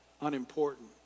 unimportant